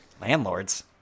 Landlords